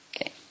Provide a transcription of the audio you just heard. Okay